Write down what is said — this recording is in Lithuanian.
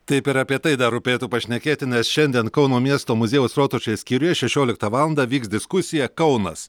taip ir apie tai dar rūpėtų pašnekėti nes šiandien kauno miesto muziejaus rotušės skyriuje šešioliktą valandą vyks diskusija kaunas